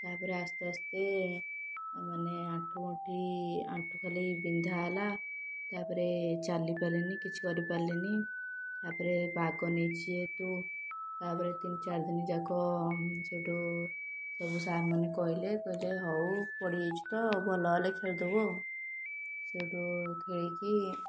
ତାପରେ ଆସ୍ତେ ଆସ୍ତେ ମାନେ ଆଣ୍ଠୁଗଣ୍ଠି ଆଣ୍ଠୁ ଖାଲି ବିନ୍ଧାହେଲା ତାପରେ ଚାଲି ପାରିଲିନି କିଛି କରିପାରିଲିନି ତାପରେ ବାଗ ନେଇଛି ହେତୁ ତାପରେ ତିନି ଚାରି ଦିନ ଯାକ ସେଉଠୁ ସବୁ ସାର୍ମାନେ କହିଲେ କହିଲେ ହଉ ପଡ଼ିଯାଇଛୁ ତ ଭଲହେଲେ ଖେଳିଦେବୁ ଆଉ ସେଉଠୁ ଖେଳିକି